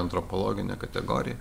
antropologinė kategorija